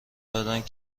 دادند